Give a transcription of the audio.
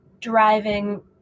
driving